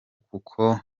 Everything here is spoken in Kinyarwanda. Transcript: kuko